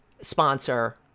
sponsor